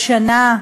שנה.